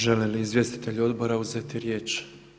Žele li izvjestitelji odbora uzeti riječ?